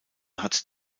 hat